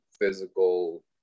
physical